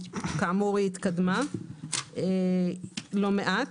כאמור היא התקדמה לא מעט.